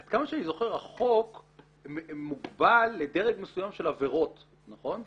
עד כמה שאני זוכר החוק מוגבל לדרג מסוים של עבירות נכון?